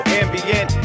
ambient